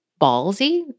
ballsy